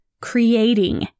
creating